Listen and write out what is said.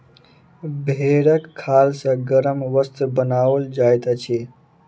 भेंड़क खाल सॅ गरम वस्त्र बनाओल जाइत अछि